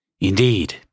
Indeed